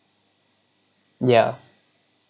yeah